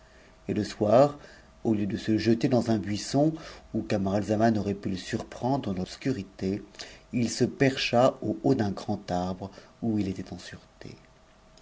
et le soir au lieu de se jeter dans un buisson lamarajzaman aurait pu le surprendre dans l'obscurité il se percha t d'un rand arbre on il était en sûreté